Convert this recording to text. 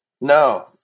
no